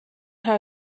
her